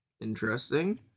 Interesting